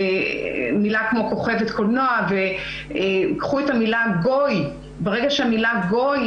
ומילה כמו "כוכבת קולנוע" וייקחו את המילה "גוי": בלשון המקרא,